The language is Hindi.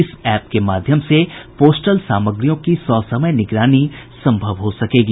इस एप के माध्यम से पोस्टल सामग्रियों की ससमय निगरानी सम्भव हो सकेगी